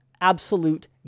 absolute